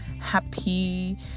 happy